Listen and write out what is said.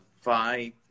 five